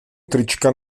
trička